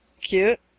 Cute